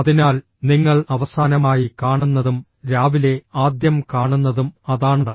അതിനാൽ നിങ്ങൾ അവസാനമായി കാണുന്നതും രാവിലെ ആദ്യം കാണുന്നതും അതാണ്